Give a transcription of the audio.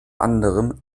anderem